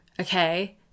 okay